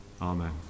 Amen